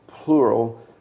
Plural